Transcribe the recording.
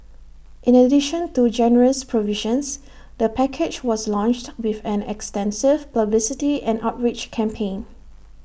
in addition to generous provisions the package was launched with an extensive publicity and outreach campaign